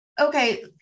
okay